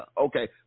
Okay